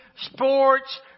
sports